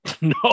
No